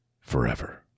forever